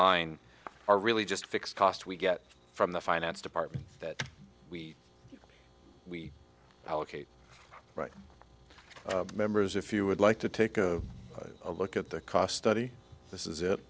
line are really just fixed cost we get from the finance department that we we allocate right members if you would like to take a look at the cost study this is it